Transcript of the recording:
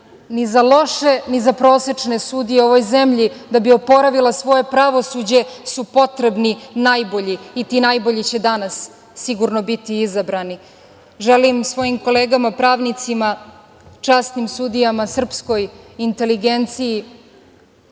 ni za loše, ni za prosečne sudije. Ovoj zemlji, da bi oporavila svoje pravosuđe, su potrebni najbolji i ti najbolji će danas sigurno biti izabrani. Želim svojim kolegama pravnicima, časnim sudijama, srpskoj inteligenciji